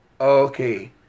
Okay